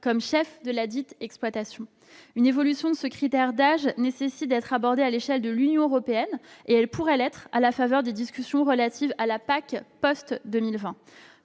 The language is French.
comme chef de ladite exploitation. Une évolution de ce critère d'âge nécessite d'être abordée à l'échelle de l'Union européenne, par exemple à la faveur des discussions relatives à la PAC post-2020.